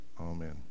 Amen